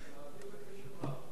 מאזין בקשב רב.